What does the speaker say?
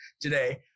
today